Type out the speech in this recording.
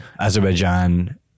Azerbaijan